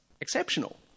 exceptional